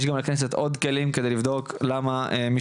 יש גם בכנסת עוד כלים על מנת לבדוק מדוע מי